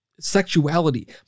sexuality